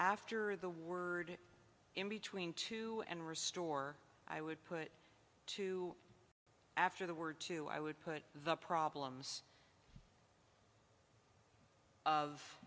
after the word in between two and restore i would put to after the word two i would put the problems of